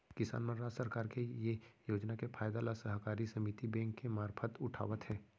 किसान मन राज सरकार के ये योजना के फायदा ल सहकारी समिति बेंक के मारफत उठावत हें